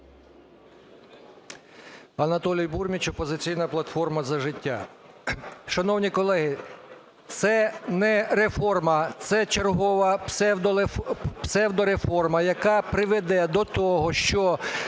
Анатолій Бурміч, "Опозиційна платформа – За життя".